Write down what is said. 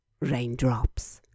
raindrops